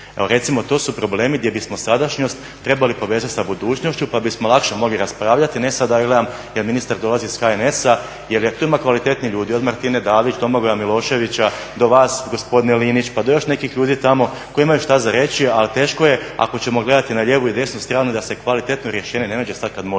Evo recimo to su problemi gdje bismo sadašnjost trebali povezati sa budućnošću pa bismo lakše mogli raspravljati, a ne sada da ja gledam jel ministar dolazi iz HNS-a, jel ako tu ima kvalitetnijih ljudi od Martine Dalić, Domagoja Miloševića do vas gospodine Linić pa do još nekih ljudi tamo koji imaju šta za reći a teško je ako ćemo gledati na lijevu i desnu stranu da se kvalitetno rješenje ne nađe sada kada možemo.